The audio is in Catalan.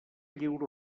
lliure